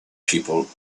people